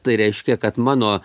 tai reiškia kad mano